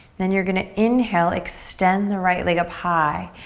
then you're gonna inhale, extend the right leg up high.